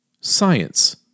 science